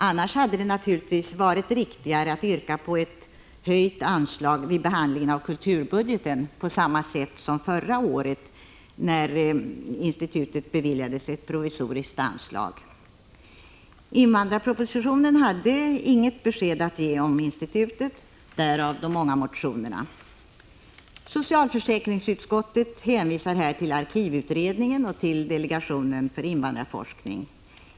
Annars hade det naturligtvis varit riktigare att yrka på ett höjt anslag under behandlingen av kulturbudgeten, på samma sätt som förra året, när institutet beviljades ett provisoriskt anslag. Invandrarpropositionen hade inget besked att ge om Immigrantinstitutet; därav de många motionerna. Socialförsäkringsutskottet hänvisar till arkivutredningen och till delegationen för invandrarforskning.